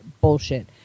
bullshit